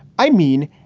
i mean,